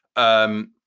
and